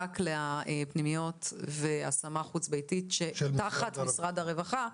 רק לפנימיות והשמה חוץ-ביתית שתחת משרד הרווחה,